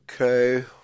Okay